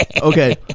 Okay